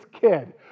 kid